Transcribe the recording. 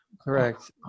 Correct